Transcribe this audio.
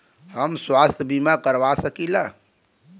हम स्वास्थ्य बीमा करवा सकी ला?